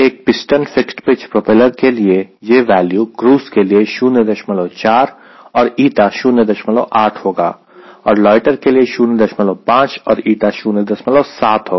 एक piston fixed pitch propeller के लिए यह वैल्यू क्रूज़ के लिए 04 और η 08 होगा और लोयटर के लिए 05 और η 07 होगा